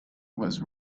was